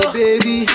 baby